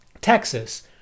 Texas